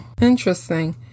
Interesting